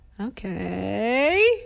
Okay